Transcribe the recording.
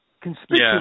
conspicuous